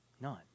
None